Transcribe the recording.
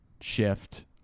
shift